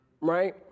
right